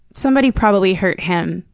somebody probably hurt him,